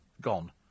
gone